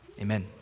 amen